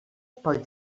pel